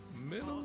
middle